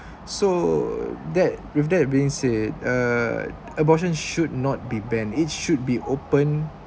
so that with that being said uh abortion should not be banned it should be open